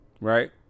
right